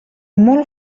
molt